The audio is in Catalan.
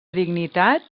dignitat